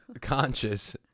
Conscious